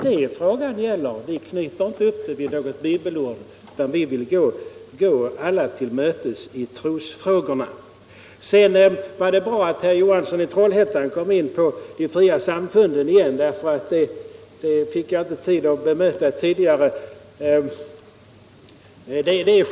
Vi knyter inte upp det vid något bibelord utan vill gå alla till mötes i trosfrågorna. Det var bra att herr Johansson i Trollhättan kom in på de fria samfunden igen, eftersom jag inte fick tid att bemöta honom tidigare på den punkten.